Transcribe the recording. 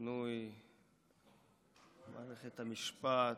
שינוי מערכת המשפט,